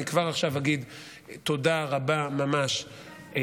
אני אגיד כבר עכשיו תודה רבה ממש על